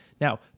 Now